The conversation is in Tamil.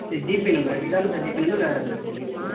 இது ஜிபே நம்பரா இதானே சார் ஜிபே நம்பர் வேறு எதுவும் வச்சிருக்கீங்ளா